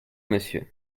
monsieur